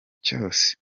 cyose